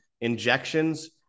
injections